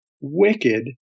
wicked